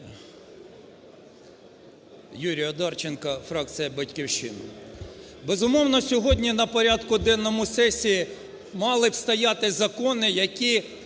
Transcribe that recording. Юрій Одарченко, фракція "Батьківщина". Безумовно, сьогодні на порядку денному сесії мали б стояти закони, які